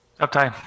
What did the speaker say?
Okay